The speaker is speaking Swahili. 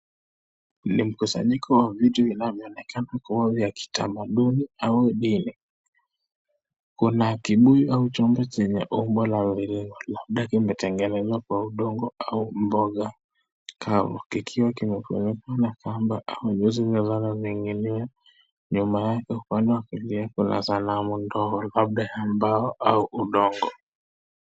Ni mkusanyiko wa vitu vinavyoonekana kuwa ya kitamaduni au dini. Kuna kibuyu au chombo chenye umbo la mviringo, labda kimetengenezwa kwa udongo au mboga kavu, kikiwa kimefunikwa na kamba au nyuzi zinazo niginia. Nyuma yake, upande wa kulia, kuna sanamu ndogo, labda ya mbao au udongo.